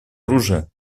оружия